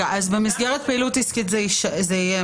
אז במסגרת פעילות עסקית זה יהיה